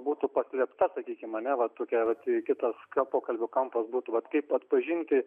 būtų paslėpta sakykim ar ne vat tokia ar atveju kitas pokalbio kampas būtų vat kaip atpažinti